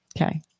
Okay